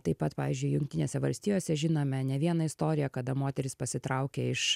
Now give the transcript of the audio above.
taip pat pavyzdžiui jungtinėse valstijose žinome ne vieną istoriją kada moterys pasitraukė iš